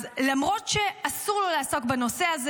אז למרות שאסור לו לעסוק בנושא הזה,